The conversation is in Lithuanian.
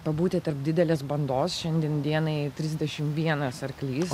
pabūti tarp didelės bandos šiandien dienai trisdešim vienas arklys